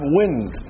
wind